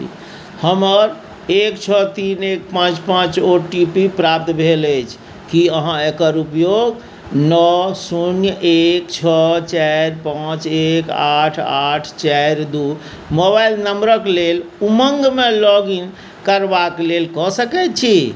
हमर एक छओ तीन एक पाँच पाँच ओ टी पी प्राप्त भेल अछि की अहाँ एकर उपयोग नओ शून्य एक छओ चारि पाँच एक आठ आठ चारि दू मोबाइल नम्बरक लेल उमङ्गमे लॉगिन करबाक लेल कऽ सकैत छी